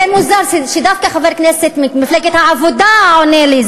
זה מוזר שדווקא חבר כנסת ממפלגת העבודה עונה לי.